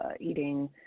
eating